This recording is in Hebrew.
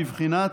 בבחינת: